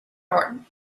norton